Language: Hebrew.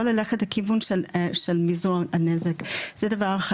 ולא ללכת לכיוון של מזעור הנזק, זה דבר אחד.